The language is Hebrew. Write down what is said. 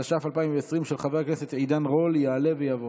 התש"ף 2020, של חבר הכנסת עידן רול, יעלה ויבוא.